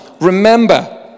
remember